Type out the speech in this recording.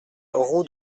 route